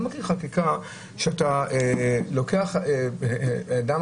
אבל אני לא מכיר חקיקה שאתה מכריח אדם